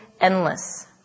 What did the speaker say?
endless